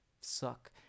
suck